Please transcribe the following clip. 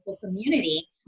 community